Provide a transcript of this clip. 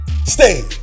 Stay